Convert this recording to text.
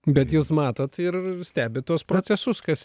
bet jūs matot ir stebit tuos procesus kas